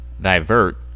divert